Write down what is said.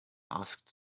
asked